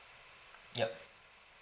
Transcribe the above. yup